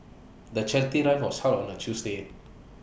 the charity run was held on A Tuesday